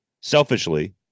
selfishly